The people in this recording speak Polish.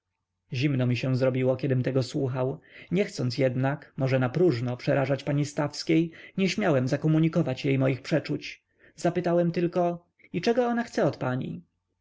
zimno mi się zrobiło kiedym tego słuchał nie chcąc jednak może napróżno przerażać pani stawskiej nie śmiałem zakomunikować jej moich przeczuć zapytałem tylko i czego ona chce od pani